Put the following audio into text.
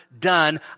done